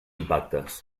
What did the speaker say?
impactes